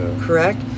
Correct